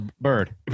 Bird